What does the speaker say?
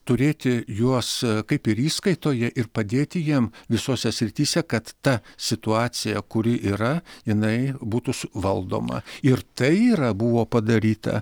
turėti juos kaip ir įskaitoje ir padėti jiem visose srityse kad ta situacija kuri yra jinai būtų suvaldoma ir tai yra buvo padaryta